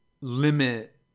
limit